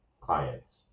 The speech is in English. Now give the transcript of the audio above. clients